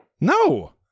No